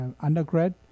undergrad